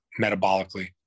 metabolically